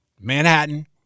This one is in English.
Manhattan